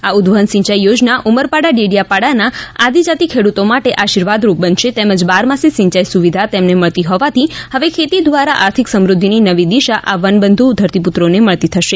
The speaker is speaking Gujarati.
આ ઉદવહન સિંચાઈ યોજના ઉમરપાડા ડેડીયાપાડાના આદિજાતિ ખેડૂતો માટે આશીર્વાદરૂપ બનશે તેમજ બારમાસી સિંયાઈ સુવિધા તેમને મળતી થવાથી હવે ખેતી દ્વારા આર્થિક સમુદ્ધિની નવી દિશા આ વનબંધુ ધરતીપુત્રોને મળતી થશે